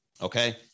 okay